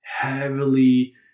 heavily